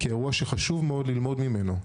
כאירוע שחשוב מאוד ללמוד ממנו.